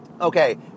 Okay